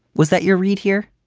was that your read here?